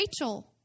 Rachel